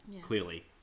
clearly